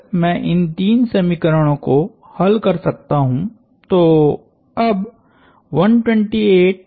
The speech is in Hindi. अगर मैं इन तीन समीकरणों को हल कर सकता हूं तो अबहै